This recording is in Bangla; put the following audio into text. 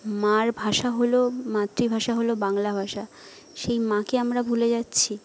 মার ভাষা হল মাতৃভাষা হল বাংলা ভাষা সেই মাকে আমরা ভুলে যাচ্ছি